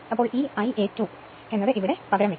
ഇവിടെ ഈ Ia2 പകരം വയ്ക്കണം